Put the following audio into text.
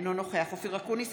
אינו נוכח אופיר אקוניס,